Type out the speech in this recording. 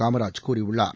காமராஜ் கூறியுள்ளார்